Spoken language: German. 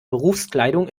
berufskleidung